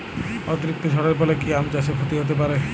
অতিরিক্ত ঝড়ের ফলে কি আম চাষে ক্ষতি হতে পারে?